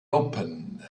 open